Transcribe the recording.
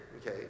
okay